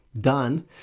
done